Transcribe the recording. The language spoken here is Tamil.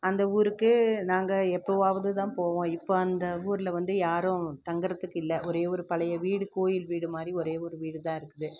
அந்த ஊருக்கு நாங்கள் எப்போவாவதுதான் போவோம் இப்போ அந்த ஊரில் வந்து யாரும் தங்குகிறதுக்கு இல்லை ஒரே ஒரு பழைய வீடு கோவில் வீடு மாதிரி ஒரே ஒரு வீடுதான் இருக்குது